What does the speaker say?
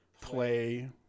play